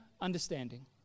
understanding